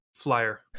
Flyer